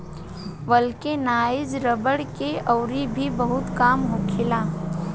vulcanise रबड़ के अउरी भी बहुते काम होखेला